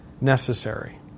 necessary